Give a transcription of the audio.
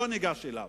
לא ניגש אליו.